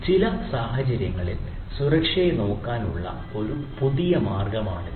ചില സാഹചര്യങ്ങളിൽ സുരക്ഷയെ നോക്കാനുള്ള ഒരു പുതിയ മാർഗമാണിത്